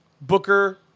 Booker